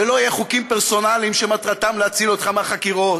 ולא יהיו חוקים פרסונליים שמטרתם להציל אותך מהחקירות,